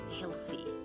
healthy